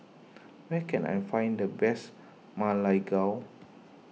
where can I find the best Ma Lai Gao